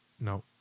No